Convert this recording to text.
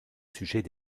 sujets